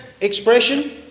expression